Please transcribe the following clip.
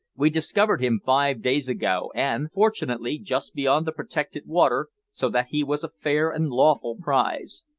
we discovered him five days ago, and, fortunately, just beyond the protected water, so that he was a fair and lawful prize.